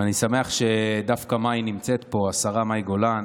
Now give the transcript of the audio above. ואני שמח שהשרה מאי גולן